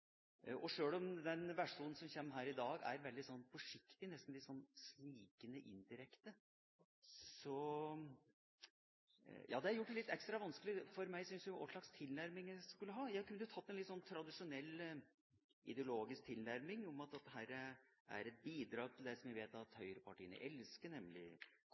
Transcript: dag, er veldig forsiktig – nesten snikende, indirekte – er det ekstra vanskelig for meg å velge hvilken tilnærming jeg skal ha. Jeg kunne tatt en mer tradisjonell ideologisk tilnærming, at dette er et bidrag til det som jeg vet at høyrepartiene elsker, nemlig